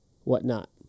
whatnot